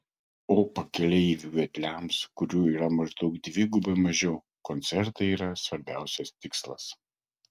o pakeleivių vedliams kurių yra maždaug dvigubai mažiau koncertai yra svarbiausias tikslas